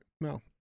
No